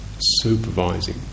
supervising